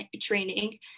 training